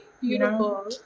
Beautiful